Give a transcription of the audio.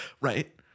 Right